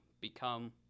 become